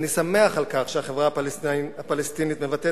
אני שמח על כך שהחברה הפלסטינית מבטאת